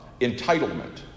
entitlement